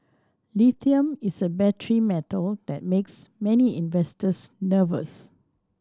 lithium is a battery metal that makes many investors nervous